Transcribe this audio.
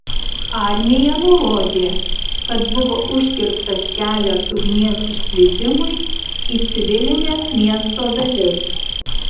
armija nurodė kad buvo užkirstas kelias ugnies išplitimui į civilines miesto dalis